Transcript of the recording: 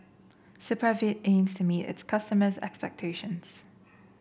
Supravit aims to meet its customers' expectations